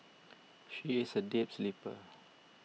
she is a deep sleeper